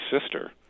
sister